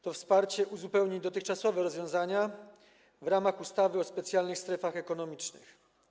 To wsparcie uzupełni dotychczasowe rozwiązania z ustawy o specjalnych strefach ekonomicznych.